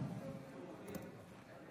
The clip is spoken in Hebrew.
בשמות חברי הכנסת)